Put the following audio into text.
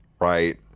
Right